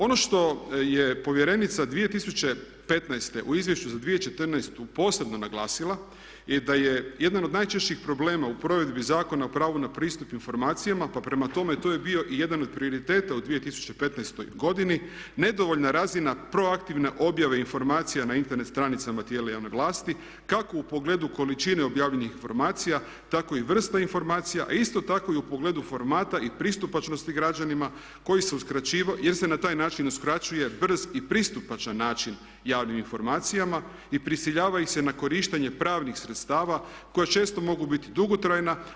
Ono što je povjerenica 2015. u Izvješću za 2014. posebno naglasila da je jedan od najčešćih problema u provedbi Zakona o pravu na pristup informacijama pa prema tome to je bio i jedan od prioriteta u 2015. godini nedovoljna razina proaktivne objave informacija na Internet stranicama tijela javne vlasti kako u pogledu količine objavljenih informacija tako i vrsta informacija, a isto tako i u pogledu formata i pristupačnosti građanima jer se na taj način uskraćuje brz i pristupačan način javnim informacijama i prisiljava ih se na korištenje pravnih sredstava koja često mogu biti dugotrajna.